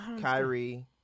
Kyrie